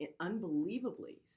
unbelievably